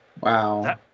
wow